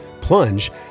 plunge